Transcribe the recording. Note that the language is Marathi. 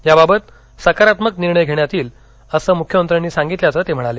याबाबत सकारात्मक निर्णय घेण्यात येईल असं मुख्यमंत्र्यांनी सांगितल्याचं आहे असं ते म्हणाले